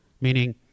Meaning